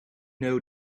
know